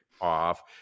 off